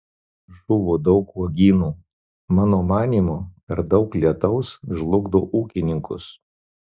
žuvo daug uogynų mano manymu per daug lietaus žlugdo ūkininkus